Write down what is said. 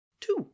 two